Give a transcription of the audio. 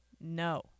No